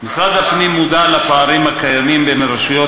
משרד הפנים מודע לפערים הקיימים בין הרשויות